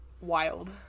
wild